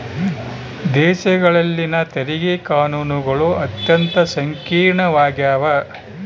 ದೇಶಗಳಲ್ಲಿನ ತೆರಿಗೆ ಕಾನೂನುಗಳು ಅತ್ಯಂತ ಸಂಕೀರ್ಣವಾಗ್ಯವ